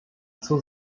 zur